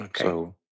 Okay